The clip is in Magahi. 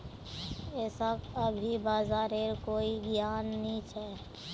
यशक अभी बाजारेर कोई ज्ञान नी छ